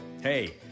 Hey